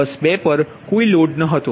બસ 2 પર કોઈ લોડ ન હતો